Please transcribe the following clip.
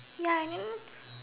ya I never